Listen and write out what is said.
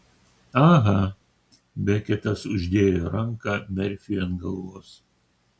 aha beketas uždėjo ranką merfiui ant galvos